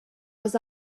was